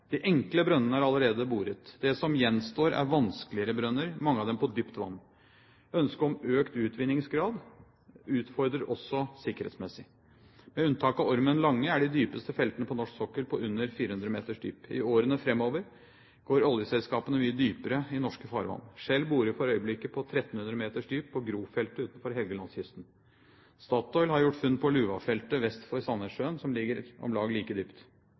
De enkle brønnene er allerede blitt boret. Det som gjenstår, er vanskeligere brønner, mange av dem på dypt vann. Ønske om økt utvinningsgrad utfordrer også sikkerhetsmessig. Med unntak av Ormen Lange er de dypeste feltene på norsk sokkel på under 400 meters dyp. I årene framover går oljeselskapene mye dypere i norske farvann. Shell borer for øyeblikket på 1 300 meters dyp på Gro-feltet utenfor Helgelandskysten. Statoil har gjort funn på Luva-feltet vest for Sandnessjøen som ligger om lag like dypt.